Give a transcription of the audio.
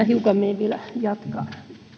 hiukan jatkamaan